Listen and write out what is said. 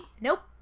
Nope